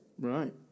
Right